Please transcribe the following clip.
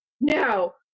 no